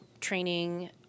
training